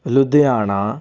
Ludhiana